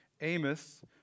Amos